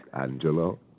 Angelo